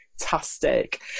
fantastic